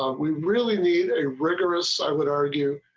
um we really need a rigorous i would argue.